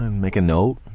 and make a note.